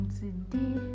today